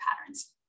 patterns